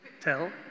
tell